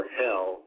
hell